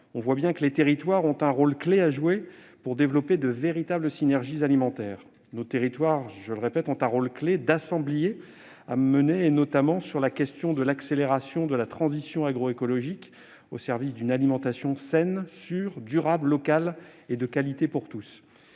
Il est évident que les territoires ont un rôle clé à jouer pour développer de véritables synergies alimentaires. Nos territoires ont un rôle clé d'assemblier à jouer, notamment sur la question de l'accélération de la transition agroécologique au service d'une alimentation saine, sûre, durable, locale et de qualité pour tous.